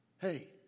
Hey